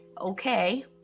okay